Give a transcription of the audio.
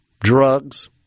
drugs